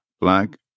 Black